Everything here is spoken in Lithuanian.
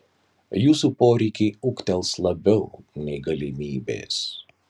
jūsų poreikiai ūgtels labiau nei galimybės